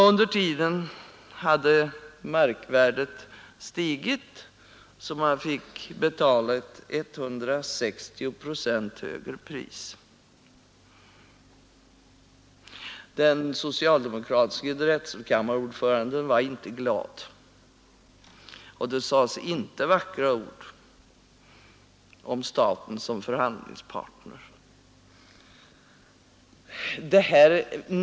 Under tiden hade markvärdet stigit så att man fick betala ett 160 procent högre pris. Den socialdemokratiske drätselkammarordföranden var inte glad, och det sades inte några vackra ord om staten som förhandlingspartner.